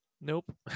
Nope